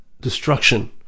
destruction